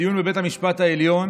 בדיון בבית המשפט העליון